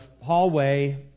hallway